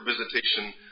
visitation